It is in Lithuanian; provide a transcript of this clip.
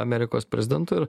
amerikos prezidentu ir